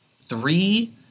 three